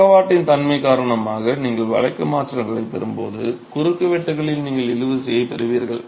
பக்கவாட்டின் தன்மை காரணமாக நீங்கள் வளைக்கும் ஆற்றல்களைப் பெறும்போது குறுக்குவெட்டுகளில் நீங்கள் இழுவிசையை பெறுவீர்கள்